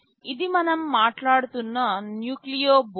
ఇది మనము మాట్లాడుతున్న న్యూక్లియో బోర్డు